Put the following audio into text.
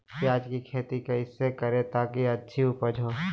प्याज की खेती कैसे करें ताकि अच्छी उपज हो?